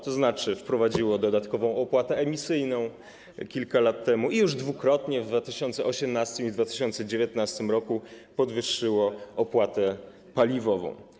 To znaczy, że wprowadziło dodatkową opłatę emisyjną kilka lat temu i już dwukrotnie, w 2018 i w 2019 r., podwyższyło opłatę paliwową.